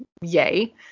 Yay